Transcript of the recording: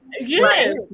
yes